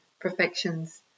Perfections